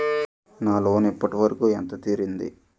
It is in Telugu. నా లోన్ ఇప్పటి వరకూ ఎంత తీరింది?